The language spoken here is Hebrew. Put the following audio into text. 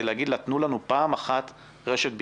להגיד לה: תנו לנו פעם אחת רשת ביטחון.